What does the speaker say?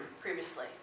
previously